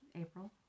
April